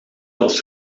was